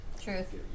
Truth